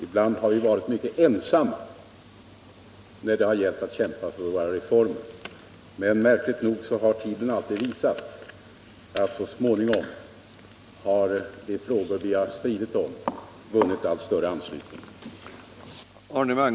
Ibland har vi stått ensamma när det har gällt att kämpa för reformer, men märkligt nog har tiden alltid visat att de frågor som vi har stridit för så småningom har fått allt större anslutning.